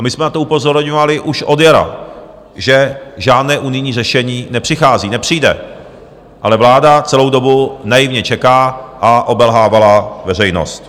My jsme na to upozorňovali už od jara, že žádné unijní řešení nepřichází, nepřijde, ale vláda celou dobu naivně čeká a obelhávala veřejnost.